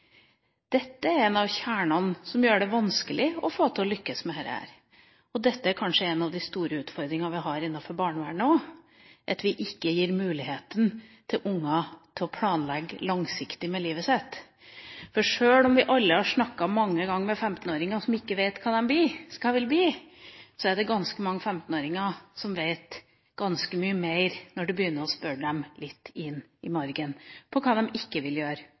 dette. Dette er kanskje en av de store utfordringene vi har innenfor barnevernet også, at vi ikke gir ungene muligheten til å planlegge livet på lang sikt. Selv om vi alle mange ganger har snakket med 15-åringer som ikke vet hva de vil bli, er det ganske mange 15-åringer som vet ganske mye mer når du begynner å spørre dem litt inn i margen om hva de ikke vil gjøre,